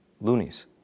loonies